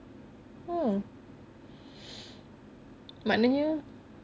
hmm maknanya